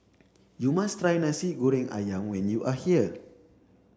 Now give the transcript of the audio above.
you must try Nasi Goreng Ayam when you are here